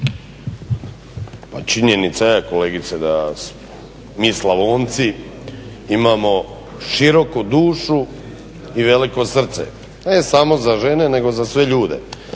Pa činjenica je kolegice da mi Slavonci imamo široku dušu i veliko srce, ne samo za žene, nego za sve ljude,